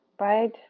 right